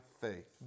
faith